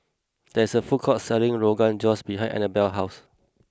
there is a food court selling Rogan Josh behind Anabelle's house